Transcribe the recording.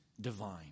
divine